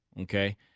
Okay